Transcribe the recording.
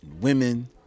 women